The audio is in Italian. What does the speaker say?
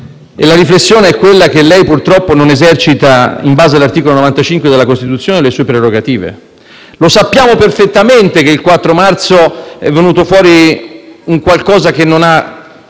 una riflessione: lei purtroppo non esercita, in base all'articolo 95 della Costituzione, le sue prerogative. Lo sappiamo perfettamente che il 4 marzo è venuto fuori un risultato che non ha